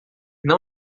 não